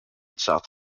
south